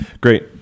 Great